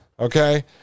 Okay